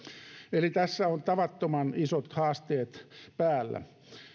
eli tässä on tavattoman isot haasteet päällä